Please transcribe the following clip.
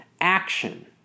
action